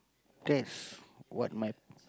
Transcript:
that's what my